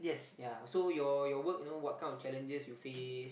ya so your your work you know what kind of challenges you face